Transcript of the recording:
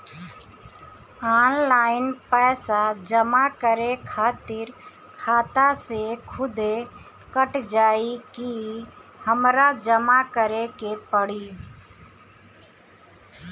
Online पैसा जमा करे खातिर खाता से खुदे कट जाई कि हमरा जमा करें के पड़ी?